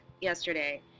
yesterday